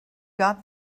got